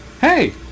Hey